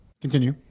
Continue